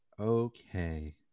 okay